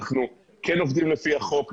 אנחנו כן עובדים לפי החוק.